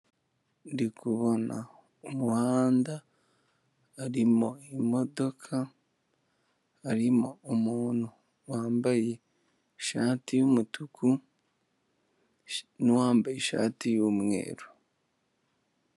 Ndi kubona umuhanda harimo imodoka, harimo umuntu wambaye ishati y'umutuku n'uwambaye ishati y'umweru.